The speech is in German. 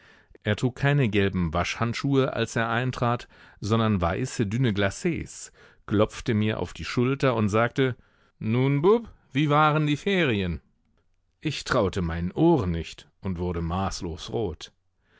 er trug keine gelben waschhandschuhe als er eintrat sondern weiße dünne glacs klopfte mir auf die schulter und sagte nun bub wie waren die ferien ich traute meinen ohren nicht und wurde maßlos rot